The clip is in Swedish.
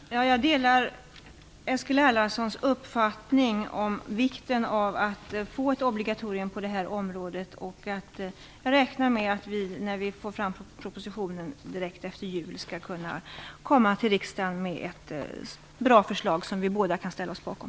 Fru talman! Jag delar Eskil Erlandssons uppfattning om vikten av att få ett obligatorium på det här området. Jag räknar med att vi, när vi får fram propositionen direkt efter jul, skall kunna komma till riksdagen med ett bra förslag som vi båda kan ställa oss bakom.